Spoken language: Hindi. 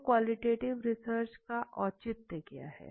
तो क्वॉलिटीटीव रिसर्च का औचित्य क्या है